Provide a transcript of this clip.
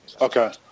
Okay